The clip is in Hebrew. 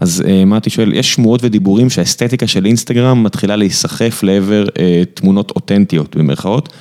אז מתי שואל, יש שמועות ודיבורים שהאסתטיקה של אינסטגרם מתחילה להיסחף לעבר תמונות אותנטיות במירכאות